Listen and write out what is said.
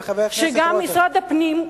גם במשרד הפנים,